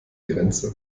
grenze